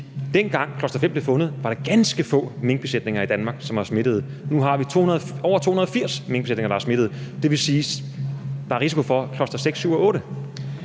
dengang cluster-5 blev fundet, var ganske få minkbesætninger i Danmark, som var smittet, men nu er det over 280 minkbesætninger, der er smittet, hvilket vil sige, at der er risiko for cluster-6, -7 og -8.